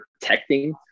protecting